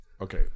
Okay